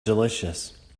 delicious